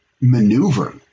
maneuver